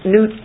New